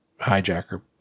hijacker